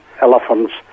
elephants